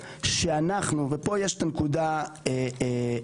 פה יש את הנקודה החשובה.